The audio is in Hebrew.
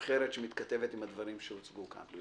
אחרת שמתכתבת עם הדברים שהוצגו כאן.